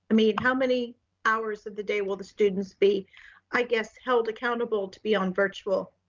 i mean, how many hours of the day will the students be i guess, held accountable to be on virtual,